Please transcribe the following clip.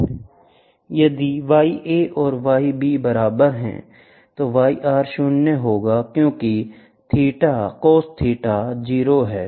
यदि y a और y b बराबर हैं तो yr शून्य होगा क्योंकि cosθ 0 है